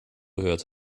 gehört